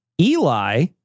Eli